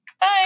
Bye